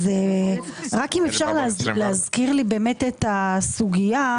אפשר להזכיר לי את הסוגייה.